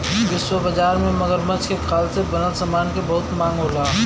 विश्व बाजार में मगरमच्छ के खाल से बनल समान के बहुत मांग होला